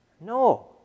No